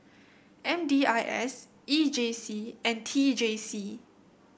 M D I S E J C and T J C